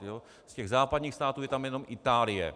Z těch západních států je tam jenom Itálie.